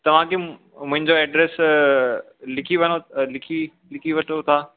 तव्हांखे मुंहिंजो एड्रेस लिखी वञो लिखी लिखी वठो तव्हां